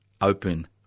open